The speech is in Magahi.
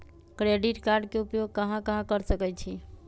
क्रेडिट कार्ड के उपयोग कहां कहां कर सकईछी?